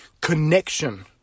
connection